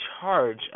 charge